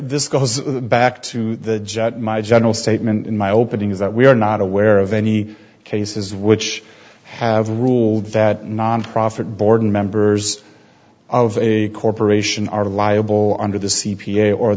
this goes back to the judge my general statement in my opening is that we are not aware of any cases which have ruled that nonprofit board members of a corporation are liable under the c